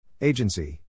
Agency